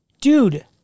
Dude-